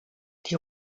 die